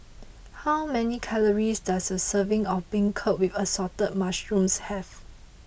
how many calories does a serving of Beancurd with Assorted Mushrooms have